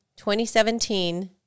2017